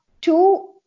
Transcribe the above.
two